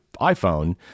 iphone